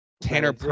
Tanner